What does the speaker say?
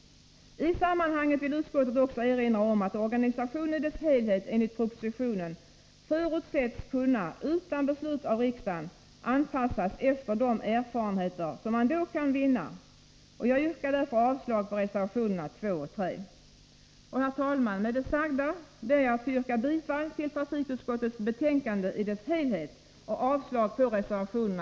I sammanhanget vill utskottet också erinra om att organisationen i sin helhet enligt propositionen förutsätts kunna — utan beslut av riksdagen — anpassas efter de erfarenheter som man kan vinna. Jag yrkar avslag på reservationerna 2 och 3. Herr talman! Med det sagda ber jag att få yrka bifall till trafikutskottets hemställan i betänkande nr 8 i dess helhet och avslag på reservationerna.